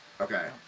Okay